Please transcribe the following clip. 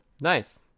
Nice